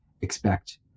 expect